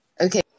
Okay